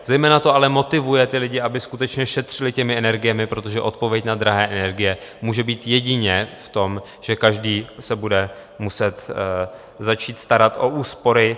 Zejména to ale motivuje ty lidi, aby skutečně šetřili energiemi, protože odpověď na drahé energie může být jedině v tom, že každý se bude muset začít starat o úspory.